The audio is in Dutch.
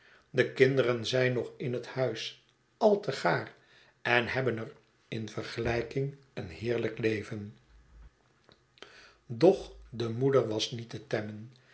be kinderen zijn nog in het huis al te gaar en hebben er in vergelijking een heerlijk leven boch de moeder was niet te temmen